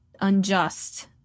unjust